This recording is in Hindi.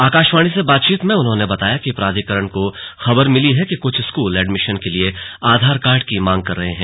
आकाशवाणी से बातचीत में उन्होंने बताया कि प्राधिकरण को खबर मिली है कि कुछ स्कूल एडमिशन के लिए आधार कार्ड की मांग कर रहे हैं